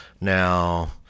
now